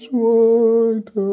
white